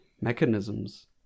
mechanisms